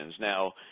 now